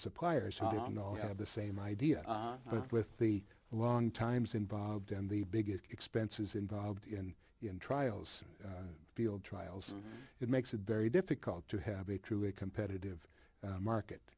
suppliers song all have the same idea but with the long times involved and the biggest expenses involved in in trials field trials it makes it very difficult to have a truly competitive market